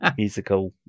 Musical